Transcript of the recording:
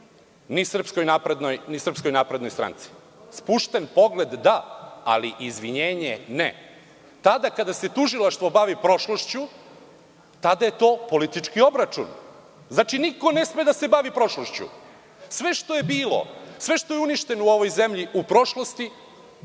bilo upućeno, ni SNS. Spušten pogled da, ali izvinjenje ne. Tada kada se tužilaštvo bavi prošlošću, tada je to politički obračun. Znači, niko ne sme da se bavi prošlošću. Sve što je bilo, sve što je uništeno u ovoj zemlji u prošlosti,